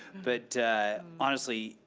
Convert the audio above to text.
but honestly,